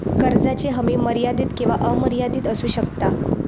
कर्जाची हमी मर्यादित किंवा अमर्यादित असू शकता